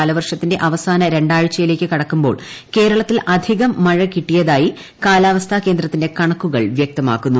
കാലവർഷത്തിന്റെ അവസാന രണ്ടാഴ്ചയിലേക്ക് കടക്കുമ്പോൾ കേരളത്തിൽ അധികം മഴ കിട്ടിയതായി കാലാവസ്ഥാ കേന്ദ്രത്തിന്റെ കണക്കുകൾ വ്യക്തമാക്കുന്നു